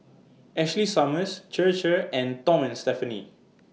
Ashley Summers Chir Chir and Tom and Stephanie